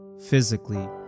physically